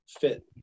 fit